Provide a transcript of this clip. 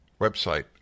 website